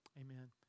Amen